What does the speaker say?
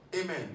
Amen